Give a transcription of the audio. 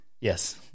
Yes